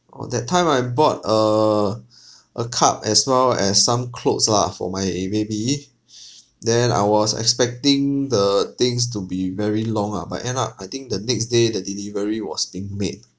oh that time I bought err a cup as well as some clothes lah for my baby then I was expecting the things to be very long ah but end up I think the next day the delivery was being made